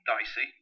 dicey